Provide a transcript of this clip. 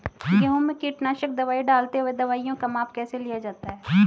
गेहूँ में कीटनाशक दवाई डालते हुऐ दवाईयों का माप कैसे लिया जाता है?